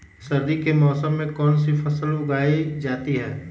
सर्दी के मौसम में कौन सी फसल उगाई जाती है?